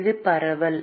மாணவர் இது பரவல்